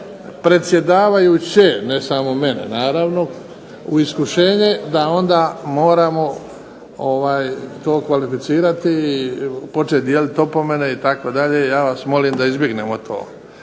predsjedavajuće, ne samo mene naravno, u iskušenje da onda moramo to kvalificirati i početi dijeliti opomene itd. Ja vas molim da izbjegnemo to.